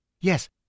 Yes